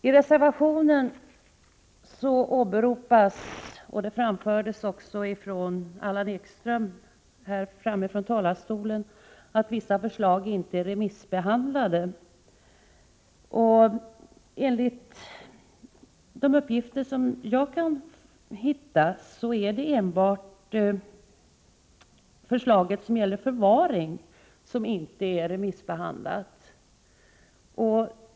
I reservationen åberopas — det framfördes också av Allan Ekström här från talarstolen — att vissa förslag inte är remissbehandlade. Men enligt de uppgifter jag har kunnat få fram är det enbart förslaget som gäller förvaring som inte är remissbehandlat.